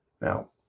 Now